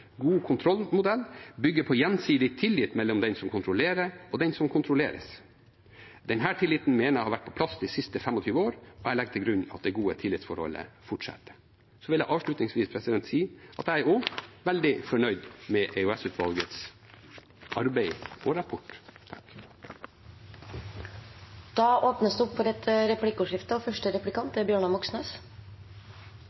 god kontrollmodell bygger på gjensidig tillit mellom den som kontrollerer, og den som kontrolleres. Denne tilliten mener jeg har vært på plass de siste 25 år, og jeg legger til grunn at det gode tillitsforholdet fortsetter. Så vil jeg avslutningsvis si at jeg også er veldig fornøyd med EOS-utvalgets arbeid og rapport. Det blir replikkordskifte. Jeg vil gjerne be statsråden si litt mer om det